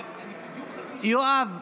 יואב,